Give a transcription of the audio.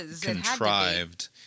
contrived